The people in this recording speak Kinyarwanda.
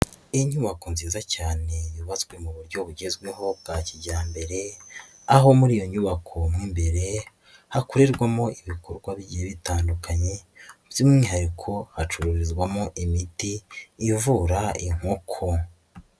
Inyubako nziza cyane yubatswe mu buryo bugezweho bwa kijyambere, aho muri iyo nyubako mu imbere, hakorerwamo ibikorwa bigiye bitandukanye, by'umwihariko hacururizwamo imiti ivura inkoko.